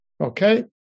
okay